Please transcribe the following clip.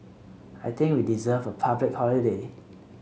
I think we deserve a public holiday